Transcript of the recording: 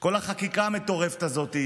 את כל החקיקה המטורפת הזאת,